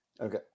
Okay